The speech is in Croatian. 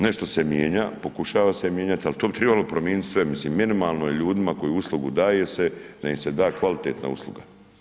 Nešto se mijenja, pokušava se mijenjati, ali to bi trebalo promijeniti sve, mislim, minimalno je ljudima koji uslugu daje se, da im se da kvalitetna usluga.